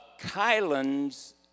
Kylan's